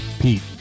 Pete